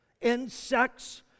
Insects